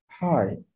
Hi